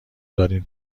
دادیم